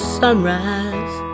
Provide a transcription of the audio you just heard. sunrise